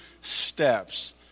steps